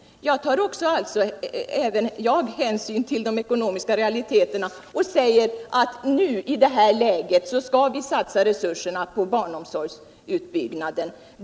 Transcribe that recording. Även jag tar alltså hänsyn till de ekonomiska realiteterna och säger att vi i det här läget skall satsa resurserna på barnomsorgsutbyggnaden.